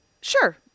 Sure